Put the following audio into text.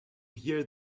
hear